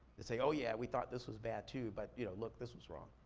they say, oh, yeah, we thought this was bad, too, but, you know, look, this was wrong.